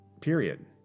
period